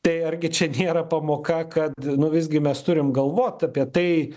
tai argi čia nėra pamoka kad visgi mes turim galvot apie tai